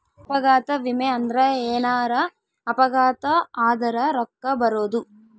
ಅಪಘಾತ ವಿಮೆ ಅಂದ್ರ ಎನಾರ ಅಪಘಾತ ಆದರ ರೂಕ್ಕ ಬರೋದು